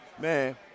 man